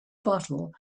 bottle